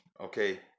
okay